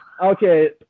okay